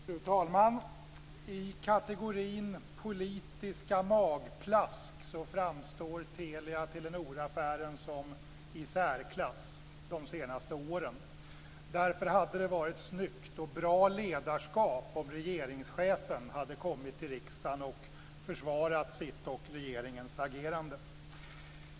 Fru talman! I kategorin politiska magplask framstår Telia-Telenor-affären som i särklass de senaste åren. Därför hade det varit snyggt, och bra ledarskap, om regeringschefen hade kommit till riksdagen och försvarat sitt och regeringens agerande.